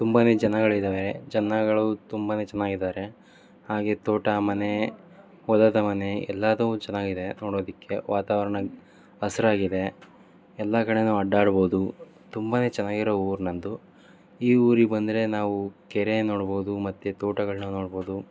ತುಂಬ ಜನಗಳು ಇದಾರೆ ಜನಗಳು ತುಂಬ ಚೆನ್ನಾಗಿದ್ದಾರೆ ಹಾಗೆ ತೋಟ ಮನೆ ಹೊಲದ ಮನೆ ಎಲ್ಲದು ಚೆನ್ನಾಗಿದೆ ನೋಡೋದಕ್ಕೆ ವಾತಾವರಣ ಹಸಿರಾಗಿದೆ ಎಲ್ಲ ಕಡೆ ಅಡ್ಡಾಡ್ಬೌದು ತುಂಬ ಚೆನ್ನಾಗಿರೊ ಊರು ನನ್ನದು ಈ ಊರಿಗೆ ಬಂದರೆ ನಾವು ಕೆರೆ ನೋಡ್ಬೋದು ಮತ್ತು ತೋಟಗಳನ್ನ ನೋಡ್ಬೋದು